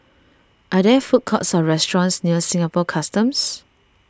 are there food courts or restaurants near Singapore Customs